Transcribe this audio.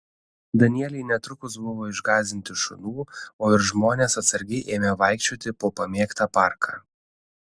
danieliai netrukus buvo išgąsdinti šunų o ir žmonės atsargiai ėmė vaikščioti po pamėgtą parką